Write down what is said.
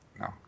no